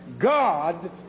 God